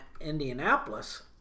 Indianapolis